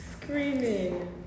Screaming